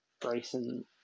Bryson